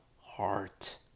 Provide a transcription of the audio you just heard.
heart